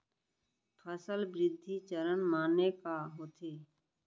फसल वृद्धि चरण माने का होथे?